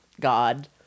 god